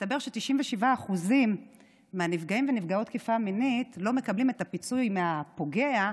מסתבר ש-97% מנפגעי ונפגעות תקיפה מינית לא מקבלים את הפיצוי מהפוגע,